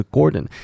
Gordon